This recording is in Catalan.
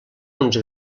uns